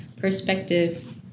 perspective